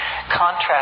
Contrast